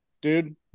dude